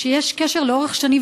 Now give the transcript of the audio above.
שיש קשר לאורך שנים.